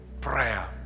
prayer